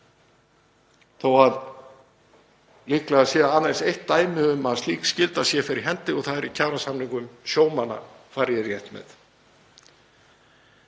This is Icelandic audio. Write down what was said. þó að líklega sé aðeins eitt dæmi um að slík skylda sé fyrir hendi og það er í kjarasamningum sjómanna, fari ég rétt með.